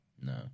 no